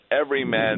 everyman